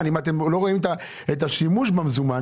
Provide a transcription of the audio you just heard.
אם אתם לא רואים את השימוש במזומן.